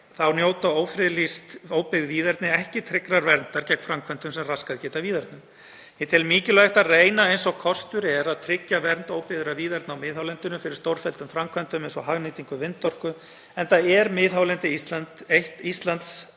þá njóta ófriðlýst óbyggð víðerni ekki tryggrar verndar gegn framkvæmdum sem raskað geta víðernum. Ég tel mikilvægt að reyna eins og kostur er að tryggja vernd óbyggðra víðerna á miðhálendinu fyrir stórfelldum framkvæmdum eins og hagnýtingu vindorku enda er miðhálendi Íslands